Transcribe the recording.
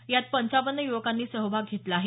यात पंचावन्न युवकांनी सहभाग घेतला आहे